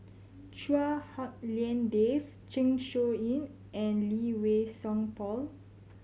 Chua Hak Lien Dave Zeng Shouyin and Lee Wei Song Paul